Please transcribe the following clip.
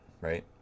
Right